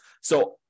So-